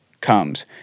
comes